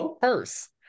purse